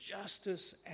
justice